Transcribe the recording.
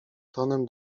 tonem